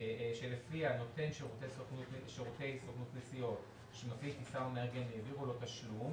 שלפיה נותן שירותי סוכנות נסיעות שמפעיל טיסה או מארגן העבירו לו תשלום,